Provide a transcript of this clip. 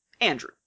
Andrew